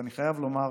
ואני חייב לומר